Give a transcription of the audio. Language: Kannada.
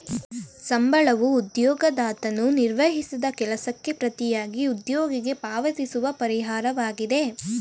ಸಂಬಳವೂ ಉದ್ಯೋಗದಾತನು ನಿರ್ವಹಿಸಿದ ಕೆಲಸಕ್ಕೆ ಪ್ರತಿಯಾಗಿ ಉದ್ಯೋಗಿಗೆ ಪಾವತಿಸುವ ಪರಿಹಾರವಾಗಿದೆ